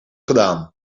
gedaan